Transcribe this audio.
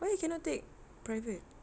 why you cannot take private